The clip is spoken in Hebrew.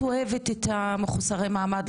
את אוהבת את מחוסרי המעמד,